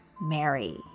Mary